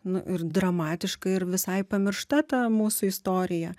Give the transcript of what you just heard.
nu ir dramatiška ir visai pamiršta ta mūsų istorija